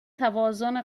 توازن